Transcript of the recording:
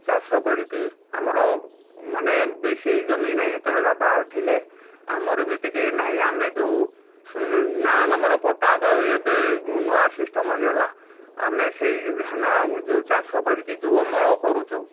ଚାଷ କରିକି ଆମର ମାନେ ବେଶୀ ଜମି ନାହିଁ ସେତେବେଳେ ବାପା ଥିଲେ ଆମର ବି ଟିକେ ନାହିଁ ଆମ ଯେଉଁ ନାଁ ଆମର ପଟା ପାଉ ଏବେ ନୂଆ ସିଷ୍ଟମ୍ ହୋଇଗଲା ଆମେ ସେଇ ଧାନ ଯେଉଁ ଚାଷ କରିକି ଯେଉଁ ଅମଳ କରୁଛୁ